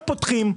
לא פותחים.